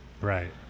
Right